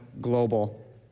global